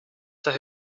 for